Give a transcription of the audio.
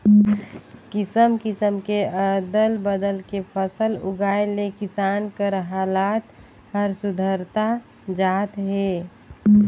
किसम किसम के अदल बदल के फसल उगाए ले किसान कर हालात हर सुधरता जात हे